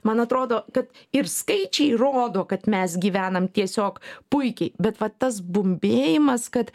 man atrodo kad ir skaičiai rodo kad mes gyvenam tiesiog puikiai bet va tas bumbėjimas kad